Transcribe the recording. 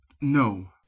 No